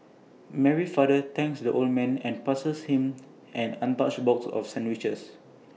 Mary's father thanked the old man and passed him an untouched box of sandwiches